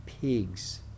pigs